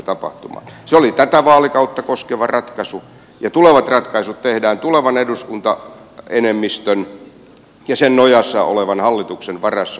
se oli tätä vaalikautta koskeva ratkaisu ja tulevat ratkaisut tehdään tulevan eduskuntaenemmistön ja sen nojassa olevan hallituksen varassa